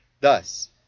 Thus